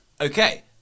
Okay